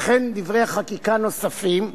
וכן דברי חקיקה נוספים,